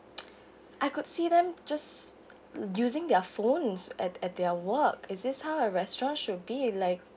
I could see them just using their phones at at their work is this how a restaurant should be like